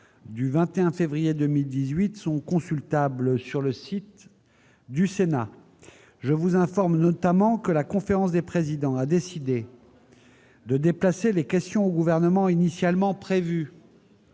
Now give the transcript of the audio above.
du 21 février 2018 sont consultables sur le site du Sénat. Je vous informe notamment que la conférence des présidents a décidé de déplacer les questions au Gouvernement initialement prévues